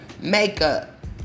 makeup